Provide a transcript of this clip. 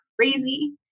crazy